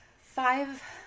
five